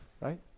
Right